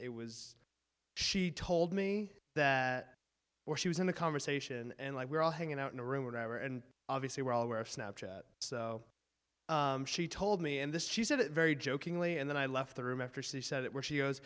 it was she told me that or she was in the conversation and like we were all hanging out in a room whatever and obviously we're all aware of snapchat so she told me and this she said it very jokingly and then i left the room after c said that where she goes